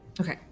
Okay